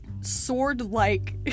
sword-like